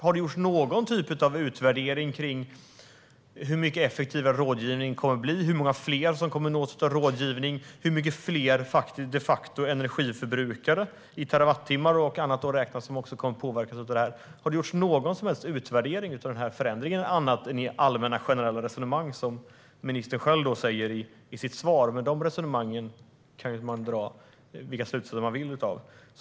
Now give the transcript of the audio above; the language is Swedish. Har det gjorts någon utvärdering av hur mycket effektivare rådgivningen kommer att bli, av hur många fler som kommer att nås av rådgivning och hur många fler energiförbrukare, räknat i terawattimmar och annat, som kommer att påverkas av det här? Har det gjorts någon som helst utvärdering av förändringen, annat än i allmänna, generella resonemang som ministern själv delar med sig av i sitt svar? Men de resonemangen kan man dra vilka slutsatser man vill av.